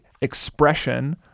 expression